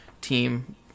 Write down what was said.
team